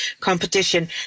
competition